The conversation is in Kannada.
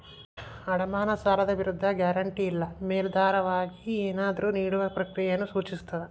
ಅಡಮಾನ ಸಾಲದ ವಿರುದ್ಧ ಗ್ಯಾರಂಟಿ ಇಲ್ಲಾ ಮೇಲಾಧಾರವಾಗಿ ಏನನ್ನಾದ್ರು ನೇಡುವ ಪ್ರಕ್ರಿಯೆಯನ್ನ ಸೂಚಿಸ್ತದ